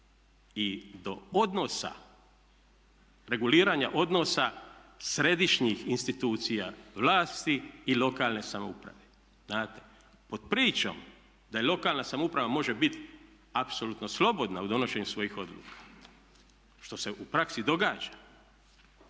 i do odnosa, reguliranja odnosa središnjih institucija vlasti i lokalne samouprave, znate. Pod pričom da lokalna samouprava može bit apsolutno slobodna u donošenju svojih odluka što se u praksi događa,